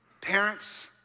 Parents